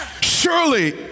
Surely